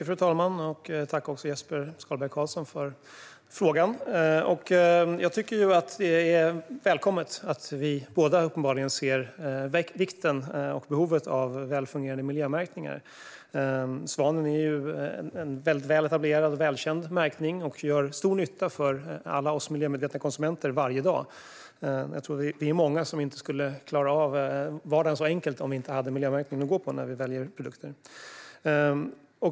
Fru talman! Tack, Jesper Skalberg Karlsson, för frågan! Jag tycker att det är välkommet att vi båda uppenbarligen ser vikten och behovet av välfungerande miljömärkningar. Svanen är en väletablerad och välkänd märkning och gör stor nytta för alla oss miljömedvetna konsumenter varje dag. Jag tror att vi är många som inte skulle klara av vardagen så enkelt om vi inte hade miljömärkningen att gå på när vi väljer produkter.